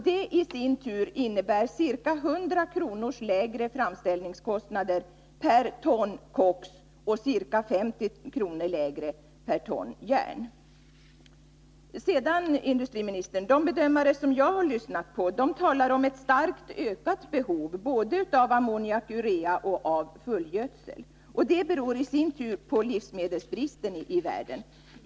Detta i sin tur innebär ca 100 kr. lägre framställningskostnader per ton koks och ca 50 kr. lägre per ton järn. Sedan, industriministern, talar de bedömare som jag har lyssnat på om ett starkt ökat behov både av ammoniak/urea och av fullgödsel. Det beror i sin tur på livsmedelsbristen i världen.